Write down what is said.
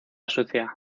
sucia